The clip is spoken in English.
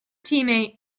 teammate